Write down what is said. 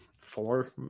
four